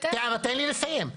תן לי לסיים.